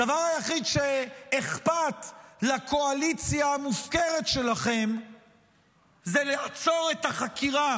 הדבר היחיד שאכפת לקואליציה המופקרת שלכם זה לעצור את החקירה